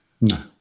No